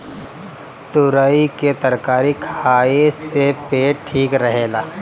तुरई के तरकारी खाए से पेट ठीक रहेला